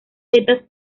setas